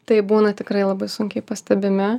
taip būna tikrai labai sunkiai pastebimi